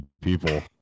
people